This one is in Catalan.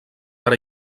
per